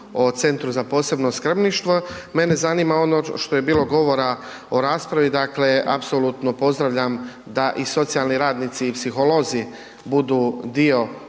o Centru za posebno skrbništvo. Mene zanima ono što je bilo govora u raspravi, dakle apsolutno pozdravljam da i socijalni radnici i psiholozi budu dio